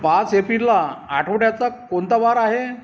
पाच एपिला आठवड्याचा कोणता वार आहे